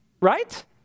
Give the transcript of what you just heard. right